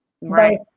Right